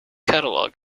catalog